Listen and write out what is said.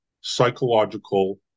psychological